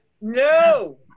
No